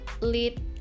lead